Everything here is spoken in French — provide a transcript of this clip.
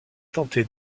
tenté